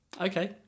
Okay